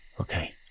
Okay